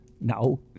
No